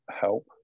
Help